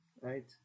right